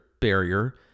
barrier